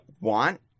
want